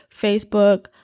Facebook